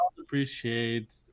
appreciate